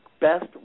best